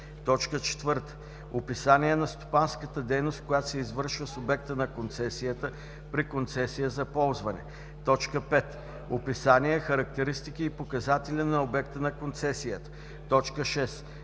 4. описание на стопанската дейност, която се извършва с обекта на концесията при концесия за ползване; 5. описание, характеристики и показатели на обекта на концесията; 6.